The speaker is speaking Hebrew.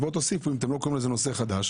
אם אתם לא קוראים לזה נושא חדש,